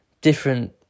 different